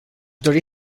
dori